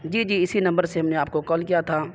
جی جی اسی نمبر سے ہم نے آپ کو کال کیا تھا